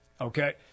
Okay